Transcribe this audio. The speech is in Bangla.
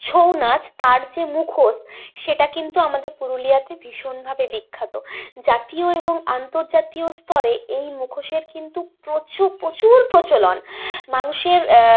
ছৌ নাচ তার যে মুখোশ সেটা কিন্তু আমাদের পুরুলিয়াতে ভীষণভাবে বিখ্যাত জাতীয় এবং আন্তর্জাতিক স্তরে এই মুখোশের কিন্তু প্রচুর প্রচুর প্রচলন মানুষের